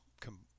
come